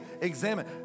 Examine